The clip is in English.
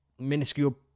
minuscule